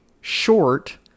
short